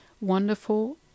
wonderful